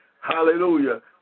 hallelujah